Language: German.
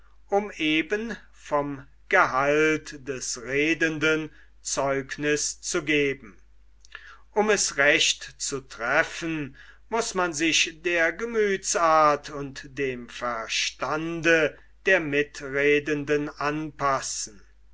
um eben vom gehalt des redenden zeugniß zu geben um es recht zu treffen muß man sich der gemüthsart und dem verstande des mitredenden anpassen